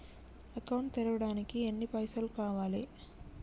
Account తెరవడానికి ఎన్ని పైసల్ కావాలే?